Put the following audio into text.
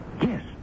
Yes